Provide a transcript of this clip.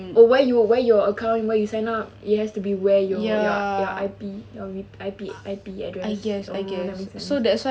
oh where you where your account where you sign up it has to be where your your your I_P I_P I_P address oh that make sense